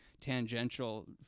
tangential